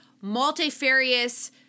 multifarious